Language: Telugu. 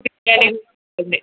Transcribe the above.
ఉంది